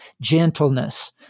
gentleness